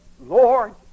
Lord